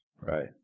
Right